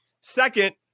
second